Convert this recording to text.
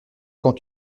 quand